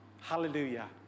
hallelujah